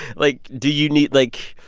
like, do you need like,